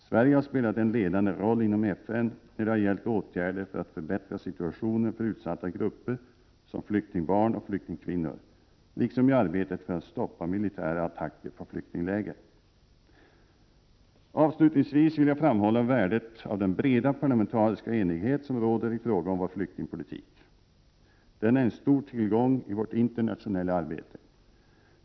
Sverige har spelat en ledande roll inom FN när det har gällt åtgärder för att förbättra situationen för utsatta grupper, som flyktingbarn och flyktingkvinnor, liksom i arbetet för att stoppa militära attacker på flyktingläger. Avslutningsvis vill jag framhålla värdet av den breda parlamentariska enighet som råder i fråga om vår flyktingpolitik. Den är en stor tillgång i vårt internationella arbete.